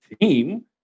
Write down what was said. team